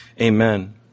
Amen